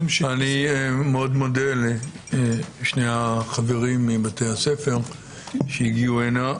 אני מאוד מודה לשני החברים מבתי הספר שהגיעו הנה.